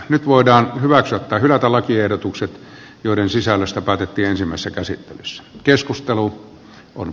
nyt voidaan hyväksyä tai hylätä lakiehdotukset joiden sisällöstä päätettiinsimme sekaisin jos keskustelu on